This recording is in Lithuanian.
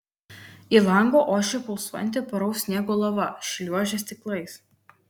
į langą ošė pulsuojanti puraus sniego lava šliuožė stiklais